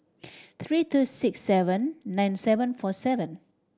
three two six seven nine seven four seven